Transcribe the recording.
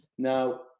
Now